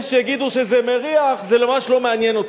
יש שיגידו שזה מריח, זה ממש לא מעניין אותי.